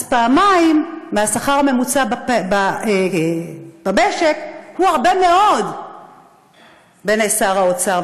אז פעמיים מהשכר הממוצע במשק זה הרבה מאוד בעיני שר האוצר,